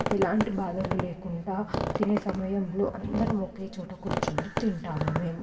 ఎలాంటి బాధలు లేకుండా తినే సమయంలో అందరం ఒకే చోట కూర్చొని తింటాము మేము